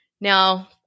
Now